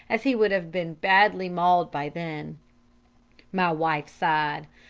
as he would have been badly mauled by then my wife sighed.